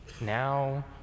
now